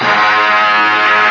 ah